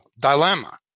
dilemma